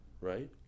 right